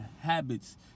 habits